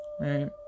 right